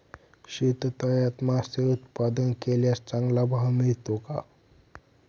शेततळ्यात मासे उत्पादन केल्यास चांगला भाव मिळतो का?